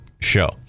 Show